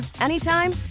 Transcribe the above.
anytime